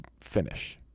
finish